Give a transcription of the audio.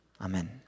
Amen